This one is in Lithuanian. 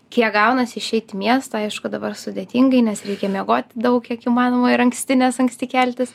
kiek gaunasi išeit į miestą aišku dabar sudėtingai nes reikia miegoti daug kiek įmanoma ir anksti nes anksti keltis